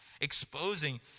exposing